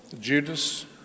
Judas